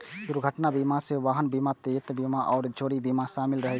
दुर्घटना बीमा मे वाहन बीमा, देयता बीमा आ चोरी बीमा शामिल रहै छै